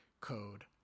code